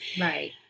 right